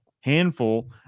handful